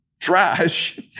trash